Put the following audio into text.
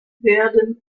werden